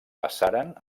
passaren